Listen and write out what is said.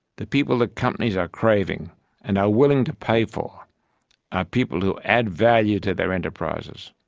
the people that companies are craving and are willing to pay for are people who add value to their enterprises.